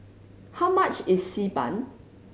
how much is Xi Ban